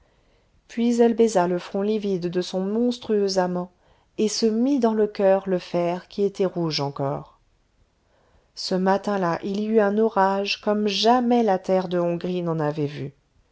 puis elle baisa le front livide de son monstrueux amant et se mit dans le coeur le fer qui était rouge encore ce matin-là il y eut un orage comme jamais la terre de hongrie n'en avait vu